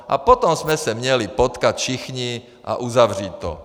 A potom jsme se měli potkat všichni a uzavřít to.